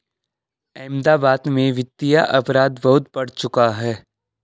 अहमदाबाद में वित्तीय अपराध बहुत बढ़ चुका है